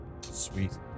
Sweet